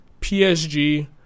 PSG